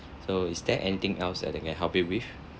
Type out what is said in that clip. so is there anything else at that I can help you with